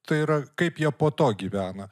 tai yra kaip jie po to gyvena